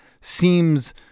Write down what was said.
seems